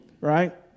right